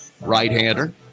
right-hander